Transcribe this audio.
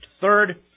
third